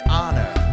honor